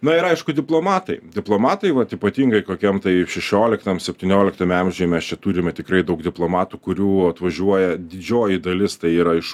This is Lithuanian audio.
na ir aišku diplomatai diplomatai vat ypatingai kokiam tai šešioliktam septynioliktame amžiuj mes čia turime tikrai daug diplomatų kurių atvažiuoja didžioji dalis tai yra iš